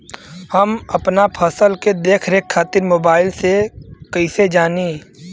हम अपना फसल के देख रेख खातिर मोबाइल से कइसे जानी?